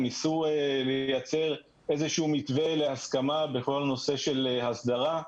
ניסו לייצר איזה מתווה להסכמה בכל הנושא של הסדרה,